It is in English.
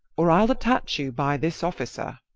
or i'll attach you by this officer.